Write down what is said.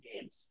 games